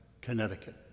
Connecticut